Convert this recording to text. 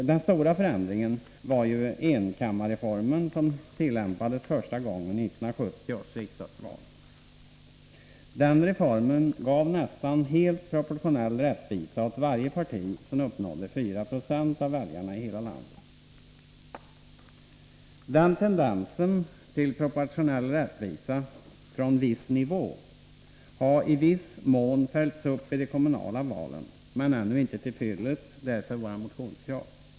Den stora förändringen var ju enkammarreformen, som tillämpades första gången i 1970 års riksdagsval. Den reformen gav nästan helt proportionell rättvisa åt varje parti som uppnådde 4 96 av väljarna i hela landet. Den tendensen till proportionell rättvisa, från viss nivå, har i viss mån följts upp i de kommunala valen, men ännu inte till fyllest. Därför våra motionskrav.